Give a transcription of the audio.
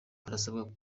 barasabwa